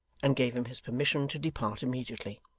and gave him his permission to depart immediately,